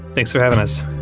thanks for having us